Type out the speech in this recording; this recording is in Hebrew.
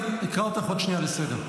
אני אקרא אותך עוד שנייה לסדר,